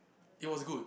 it was good